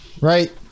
right